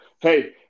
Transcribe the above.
Hey